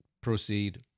proceed